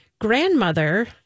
grandmother